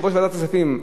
יושב-ראש ועדת הכספים,